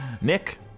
Nick